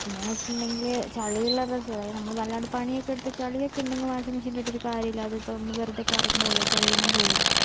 പിന്നെന്നു വെച്ചിട്ടുണ്ടെങ്കില് ചളിയുള്ള ഡ്രസ്സ് അതായത് നമ്മള് വല്ലാണ്ട് പണിയൊക്കെ എടുത്ത് ചെളിയൊക്കെ ഉണ്ടെങ്കിൽ വാഷിംഗ് മിഷിനില് ഇട്ടിട്ടൊരു കാര്യമില്ല അത് ഇപ്പം വെറുതെ കറങ്ങുള്ളൂ ചെളിയൊന്നും പോവില്ല